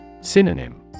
Synonym